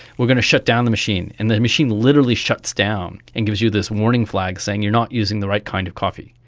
we're going to shut down the machine, and the machine literally shuts down and gives you this warning flag saying you are not using the right kind of coffee.